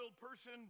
person